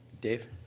Dave